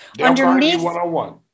underneath